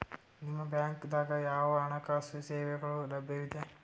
ನಿಮ ಬ್ಯಾಂಕ ದಾಗ ಯಾವ ಹಣಕಾಸು ಸೇವೆಗಳು ಲಭ್ಯವಿದೆ?